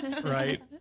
Right